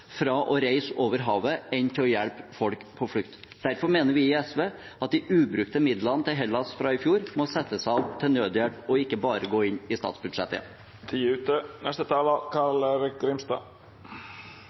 fra å reise over havet enn av å hjelpe folk som er på flukt. Derfor mener vi i SV at de ubrukte midlene til Hellas fra i fjor må settes av til nødhjelp og ikke bare gå inn i statsbudsjettet